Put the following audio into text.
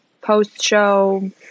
post-show